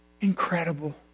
Incredible